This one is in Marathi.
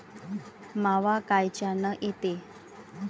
मावा कायच्यानं येते?